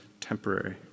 temporary